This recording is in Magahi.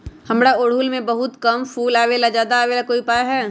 हमारा ओरहुल में बहुत कम फूल आवेला ज्यादा वाले के कोइ उपाय हैं?